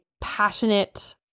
passionate